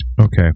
Okay